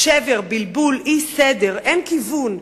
שבר, בלבול, אי-סדר, אין כיוון.